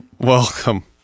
Welcome